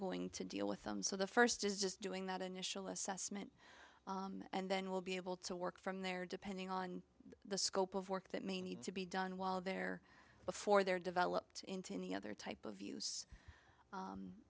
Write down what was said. going to deal with them so the first is just doing that initial assessment and then we'll be able to work from there depending on the scope of work that may need to be done while there before there developed into any other type of